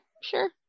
sure